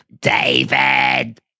David